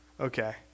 okay